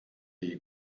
die